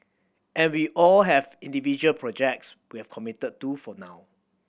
and we all have individual projects we have committed to for now